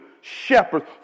shepherds